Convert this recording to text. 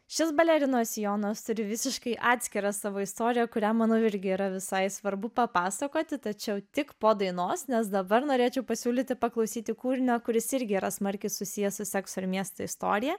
šis balerinos sijonas turi visiškai atskirą savo istoriją kurią mano irgi yra visai svarbu papasakoti tačiau tik po dainos nes dabar norėčiau pasiūlyti paklausyti kūrinio kuris irgi yra smarkiai susijęs su seksu ir miesto istorija